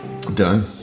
Done